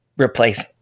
replace